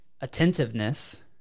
attentiveness